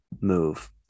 move